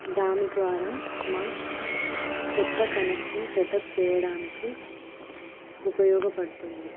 దాని ద్వారా మా కొత్త కనెక్షన్ సెటప్ చేయడానికి ఉపయోగపడుతుంది